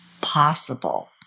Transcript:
possible